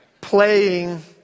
playing